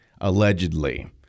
allegedly